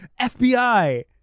FBI